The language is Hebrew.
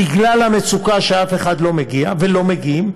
בגלל המצוקה, שאף אחד לא מגיע, ולא מגיעים,